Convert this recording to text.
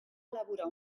elaborar